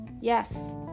yes